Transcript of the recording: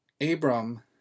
Abram